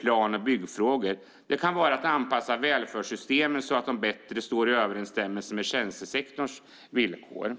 plan och byggfrågor och det kan vara att anpassa välfärdssystemen så att de bättre står i överensstämmelse med tjänstesektorns villkor.